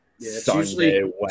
Sunday